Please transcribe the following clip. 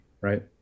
right